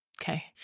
Okay